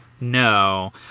No